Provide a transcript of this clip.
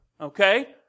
Okay